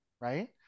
right